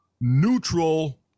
neutral